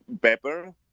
pepper